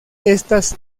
estas